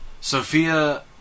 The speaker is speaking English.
Sophia